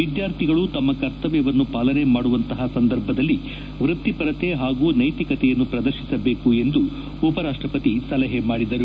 ವಿದ್ಕಾರ್ಥಿಗಳು ತಮ್ಮ ಕರ್ತವ್ಯವನ್ನು ಪಾಲನೆ ಮಾಡುವಂತಹ ಸಂದರ್ಭದಲ್ಲಿ ವ್ಯಕ್ತಿಪರತೆ ಪಾಗೂ ನೈಕಿಕೆಯನ್ನು ಪ್ರದರ್ಶಿಸಬೇಕು ಎಂದು ಅವರು ಸಲಪೆ ಮಾಡಿದರು